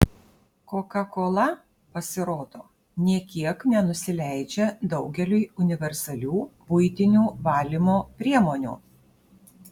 kokakola pasirodo nė kiek nenusileidžia daugeliui universalių buitinių valymo priemonių